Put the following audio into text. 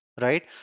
right